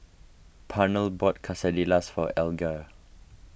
Pernell bought Quesadillas for Alger